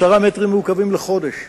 10 מטרים מעוקבים לחודש.